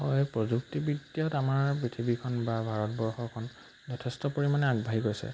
হয় প্ৰযুক্তিবিদ্যাত আমাৰ পৃথিৱীখন বা ভাৰতবৰ্ষখন যথেষ্ট পৰিমাণে আগবাঢ়ি গৈছে